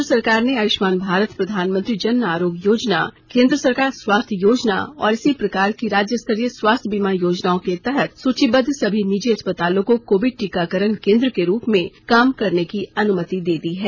केन्द्र सरकार ने आयुष्मान भारत प्रधानमंत्री जन आरोग्य योजना केन्द्र सरकार स्वास्थ्य योजना और इसी प्रकार की राज्य स्तर्रीय स्वास्थ्य बीमा योजनाओं के तहत सूचीबद्ध सभी निजी अस्पतालों को कोविड टीकाकरण केन्द्र के रूप में काम करने की अनुमति दे दी है